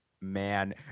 man